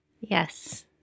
Yes